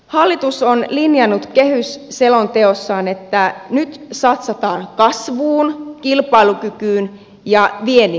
hallitus on linjannut kehysselonteossaan että nyt satsataan kasvuun kilpailukykyyn ja viennin edistämiseen